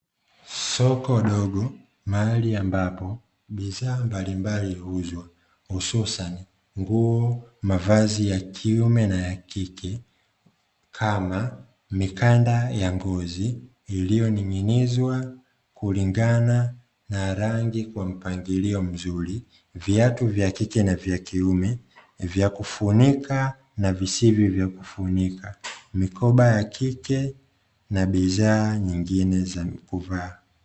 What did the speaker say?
Soko dogo, mahali ambapo bidhaa mbalimbali huuzwa, hususani nguo, mavazi ya kiume na ya kike, kama; mikanda ya ngozi iliyoning'inizwa kulingana na rangi kwa mpangilio mzuri, viatu vya kike na vya kiume vya kufunika na visivyo vya kufunika, mikoba ya kike na bidhaa nyingine za kuvaa.